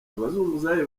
abazunguzayi